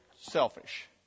selfish